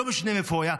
לא משנה מי הוא היה,